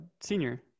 senior